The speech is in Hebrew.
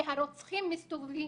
כי הרוצחים מסתובבים.